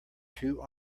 two